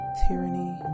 tyranny